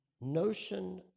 notion